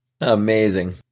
Amazing